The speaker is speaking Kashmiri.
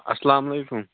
اسلامُ علیکُم